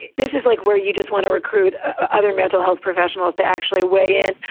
this is like where you just want to recruit ah other mental health professionals to actually weigh in,